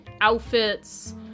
outfits